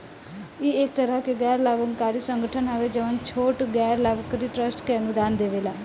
इ एक तरह के गैर लाभकारी संगठन हवे जवन छोट गैर लाभकारी ट्रस्ट के अनुदान देवेला